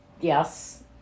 Yes